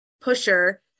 pusher